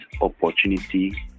opportunity